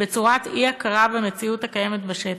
בצורת אי-הכרה במציאות הקיימת בשטח.